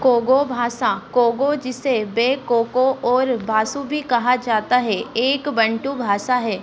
कोगो भाषा कोगो जिसे बेकोको और बासू भी कहा जाता है एक बंटू भाषा है